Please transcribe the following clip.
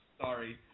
Sorry